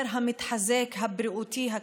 הזה ריסק את כל